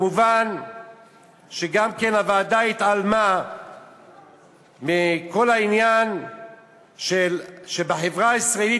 מובן שהוועדה גם התעלמה מכל העניין שבחברה הישראלית